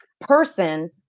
person